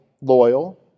loyal